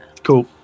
Cool